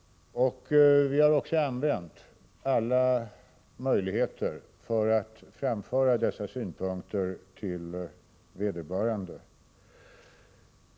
Vi har också använt alla möjligheter för att framföra dessa synpunkter till vederbörande.